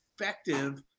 effective